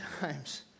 times